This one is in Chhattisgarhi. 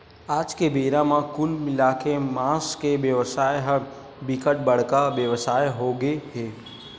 आज के बेरा म कुल मिलाके के मांस के बेवसाय ह बिकट बड़का बेवसाय होगे हे